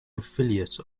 affiliate